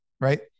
Right